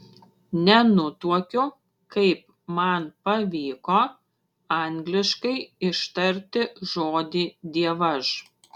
nenutuokiu kaip man pavyko angliškai ištarti žodį dievaž